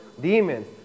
demons